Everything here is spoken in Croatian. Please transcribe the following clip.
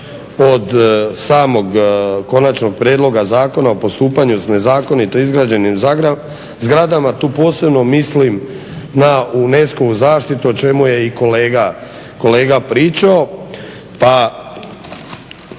od samog Konačnog prijedloga Zakona o postupanju s nezakonito izgrađenim zgradama. Tu posebno mislim na UNESCO-vu zaštitu o čemu je i kolega pričao,